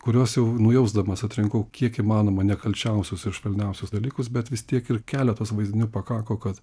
kuriuos jau nujausdamas atrinkau kiek įmanoma nekalčiausius ir švelniausius dalykus bet vis tiek ir keletas vaizdinių pakako kad